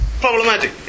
problematic